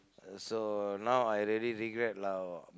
uh so now I really regret lah